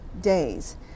days